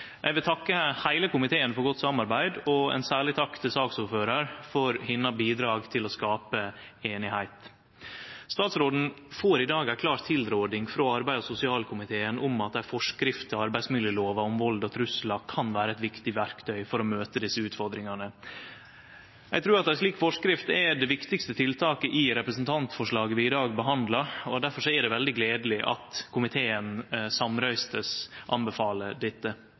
Eg vil takke heile komiteen for godt samarbeid – og ein særleg takk til saksordføraren for hennar bidrag til å skape einigheit. Statsråden får i dag ei klår tilråding frå arbeids- og sosialkomiteen om at ei forskrift til arbeidsmiljølova om vald og truslar kan vere eit viktig verktøy for å møte desse utfordringane. Eg trur at ei slik forskrift er det viktigaste tiltaket i representantforslaget vi behandlar i dag. Difor er det veldig gledeleg at komiteen samrøystes anbefaler dette.